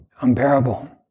unbearable